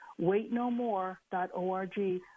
waitnomore.org